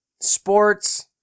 Sports